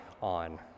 on